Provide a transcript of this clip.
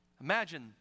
Imagine